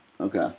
Okay